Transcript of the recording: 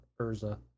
Urza